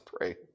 pray